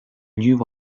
new